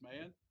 man